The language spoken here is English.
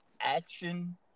action